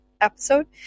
episode